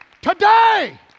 Today